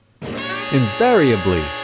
invariably